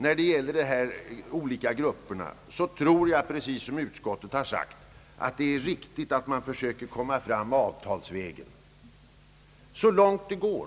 När det gäller dessa olika grupper, som jag här har talat om, tror jag också i likhet med utskottsmajoriteten att det är riktigt att söka nå en lösning genom att gå avtalsvägen, så långt det är möjligt.